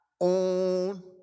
own